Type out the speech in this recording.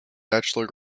bachelor